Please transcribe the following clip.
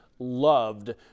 loved